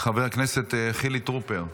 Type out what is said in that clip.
חבר הכנסת חילי טרופר,